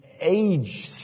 age